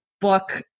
book